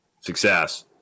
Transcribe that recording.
success